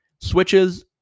Switches